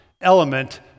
element